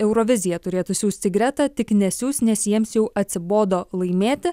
euroviziją turėtų siųsti gretą tik nesiųs nes jiems jau atsibodo laimėti